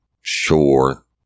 sure